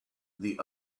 the